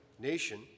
nation